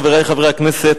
חברי חברי הכנסת,